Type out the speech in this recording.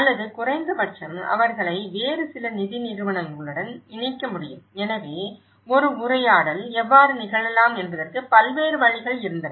அல்லது குறைந்த பட்சம் அவர்களை வேறு சில நிதி நிறுவனங்களுடன் இணைக்க முடியும் எனவே ஒரு உரையாடல் எவ்வாறு நிகழலாம் என்பதற்கு பல்வேறு வழிகள் இருந்தன